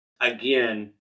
again